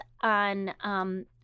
on